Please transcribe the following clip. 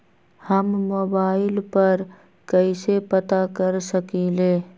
हम मोबाइल पर कईसे पता कर सकींले?